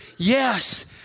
Yes